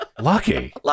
lucky